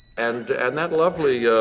and, and that lovely ehh,